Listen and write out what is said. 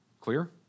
Clear